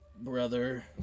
brother